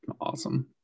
awesome